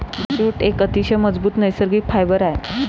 jute एक अतिशय मजबूत नैसर्गिक फायबर आहे